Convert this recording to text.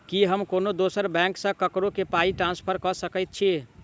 की हम कोनो दोसर बैंक सँ ककरो केँ पाई ट्रांसफर कर सकइत छि?